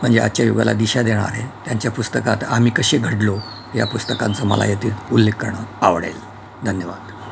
म्हणजे आजच्या युगाला दिशा देणारं आहे त्यांच्या पुस्तकात आम्ही कसे घडलो या पुस्तकांचं मला यातील उल्लेख करणं आवडेल धन्यवाद